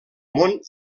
món